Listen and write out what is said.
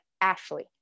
Ashley